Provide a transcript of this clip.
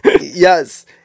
Yes